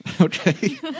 Okay